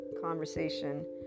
conversation